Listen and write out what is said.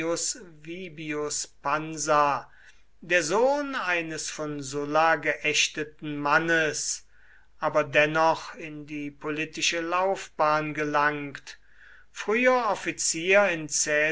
pansa der sohn eines von sulla geächteten mannes aber dennoch in die politische laufbahn gelangt früher offizier in